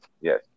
yes